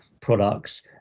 products